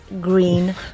green